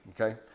okay